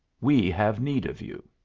we have need of you.